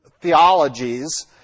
theologies